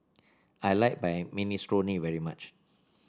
I like Minestrone very much